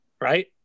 right